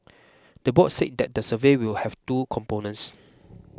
the board say that the survey will have two components